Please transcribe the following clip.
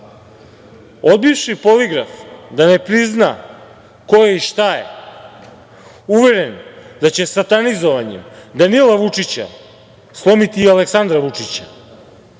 odbivši poligraf da ne prizna ko je i šta je, uveren da će satanizovanjem Danila Vučića slomiti i Aleksandra Vučića,